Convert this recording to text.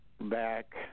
back